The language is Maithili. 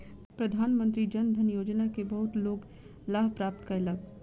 प्रधानमंत्री जन धन योजना के बहुत लोक लाभ प्राप्त कयलक